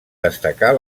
destacar